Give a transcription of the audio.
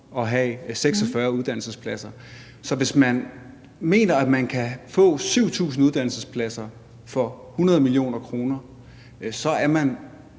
at have 46 uddannelsespladser. Så hvis man mener, at man kan få 7.000 uddannelsespladser for 100 mio. kr., er man,